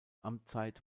amtszeit